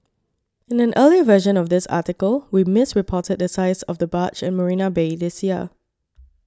in an earlier version of this article we misreported the size of the barge at Marina Bay this year